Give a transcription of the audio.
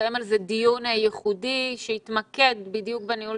נקיים על כך דיון ייחודי שיתמקד בדיוק בניהול